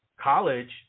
college